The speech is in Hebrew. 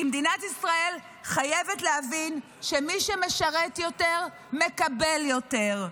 כי מדינת ישראל חייבת להבין שמי שמשרת יותר מקבל יותר.